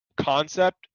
concept